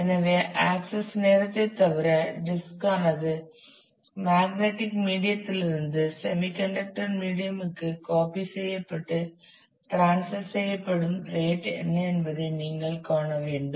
எனவே ஆக்சஸ் நேரத்தைத் தவிர டிஸ்க் ஆனது மேக்னடிக் மீடியத்திலிருந்து செமிகண்டக்டர் மீடியம் க்கு காப்பி செய்யப்பட்டு டிரான்ஸ்பர் செய்யப்படும் ரேட் என்ன என்பதை நீங்கள் காண வேண்டும்